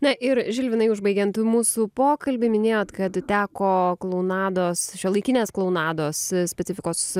na ir žilvinai užbaigiant mūsų pokalbį minėjot kad teko klounados šiuolaikinės klounados specifikos